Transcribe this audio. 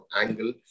angle